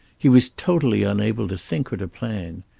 he was totally unable to think or to plan.